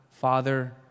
Father